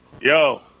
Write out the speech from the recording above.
yo